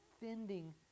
defending